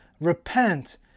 repent